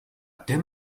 der